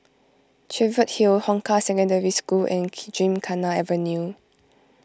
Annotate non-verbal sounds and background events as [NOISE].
Cheviot Hill Hong Kah Secondary School and [UNINTELLIGIBLE] Gymkhana Avenue